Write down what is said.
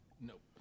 Nope